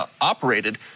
operated